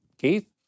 Keith